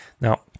Now